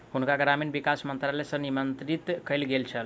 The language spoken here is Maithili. हुनका ग्रामीण विकास मंत्रालय सॅ निमंत्रित कयल गेल छल